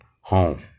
home